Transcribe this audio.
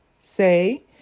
say